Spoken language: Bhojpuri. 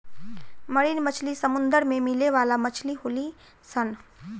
मरीन मछली समुंदर में मिले वाला मछली होली सन